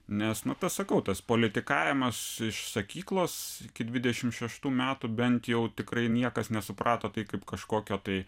nes nu sakau tas politikavimas iš sakyklos iki dvidešimt šeštų metų bent jau tikrai niekas nesuprato tai kaip kažkokio tai